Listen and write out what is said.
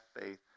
faith